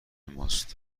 ماست